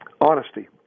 Honesty